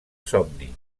somni